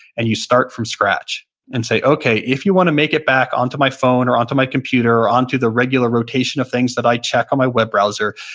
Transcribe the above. and you start from scratch and say, okay, if you want to make it back onto my phone or onto my computer or onto the regular rotation of things that i check on my web browser,